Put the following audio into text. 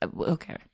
okay